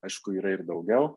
aišku yra ir daugiau